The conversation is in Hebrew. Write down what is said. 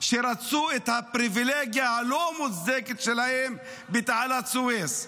שרצו את הפריבילגיה הלא-מוצדקת שלהן בתעלת סואץ.